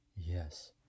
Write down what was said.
Yes